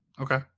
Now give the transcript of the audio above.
Okay